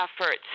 efforts